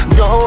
no